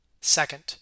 Second